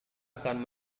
akan